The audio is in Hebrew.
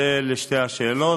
זה לשתי השאלות,